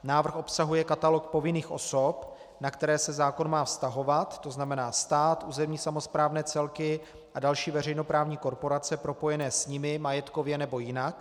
Návrh obsahuje katalog povinných osob, na které se zákon má vztahovat, tzn. stát, územní samosprávné celky a další veřejnoprávní korporace propojené s nimi majetkově nebo jinak.